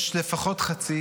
יש לפחות חצי